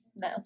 no